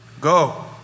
Go